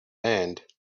hand